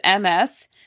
MS